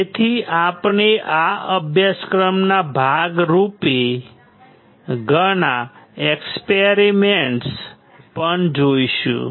તેથી આપણે આ અભ્યાસક્રમના ભાગ રૂપે ઘણા એક્સપેરિમેન્ટ્સ પણ જોશું